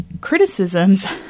criticisms